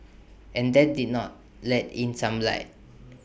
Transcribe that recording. and that did not let in some light